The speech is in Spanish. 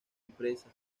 empresas